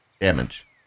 Damage